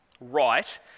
right